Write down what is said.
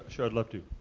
sure, i'd love to.